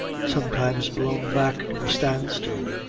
sometimes blown back to a stand-still,